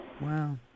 Wow